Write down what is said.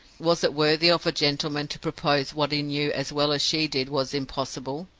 was it worthy of a gentleman to propose what he knew as well as she did was impossible?